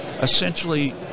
essentially